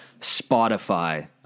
spotify